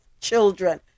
children